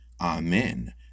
Amen